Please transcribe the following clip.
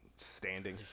standing